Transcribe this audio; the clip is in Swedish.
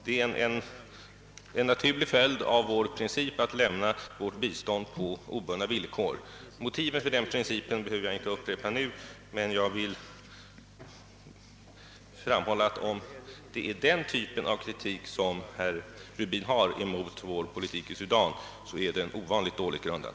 Det är en naturlig följd av vår princip att lämna vårt bistånd på obundna villkor. Motiven för denna princip behöver jag inte upprepa nu, men jag vill framhålla att om det är den typen av kritik som herr Rubin riktar mot vår politik i Sudan, den i så fall är ovanligt dåligt grundad.